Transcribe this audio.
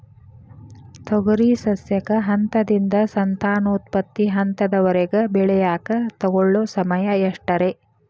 ತೊಗರಿ ಸಸ್ಯಕ ಹಂತದಿಂದ, ಸಂತಾನೋತ್ಪತ್ತಿ ಹಂತದವರೆಗ ಬೆಳೆಯಾಕ ತಗೊಳ್ಳೋ ಸಮಯ ಎಷ್ಟರೇ?